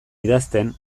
idazten